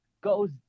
goes